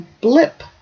blip